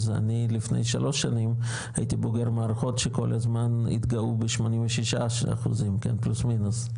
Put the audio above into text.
אני לפני שלוש שנים הייתי בוגר מערכות שכל הזמן התגאו ב-86% פלוס מינוס,